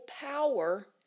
power